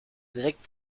direkt